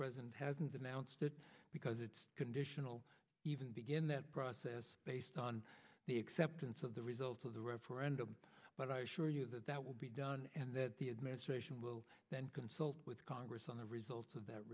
process hasn't announced it because it's conditional even begin the process based on the acceptance of the results of the referendum but i assure you that that will be done and that the administration will then consult with congress on the results of that